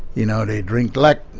you know, they drink. like,